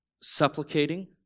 supplicating